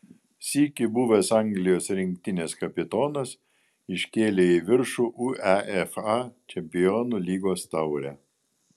sykį buvęs anglijos rinktinės kapitonas iškėlė į viršų uefa čempionų lygos taurę